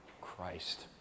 Christ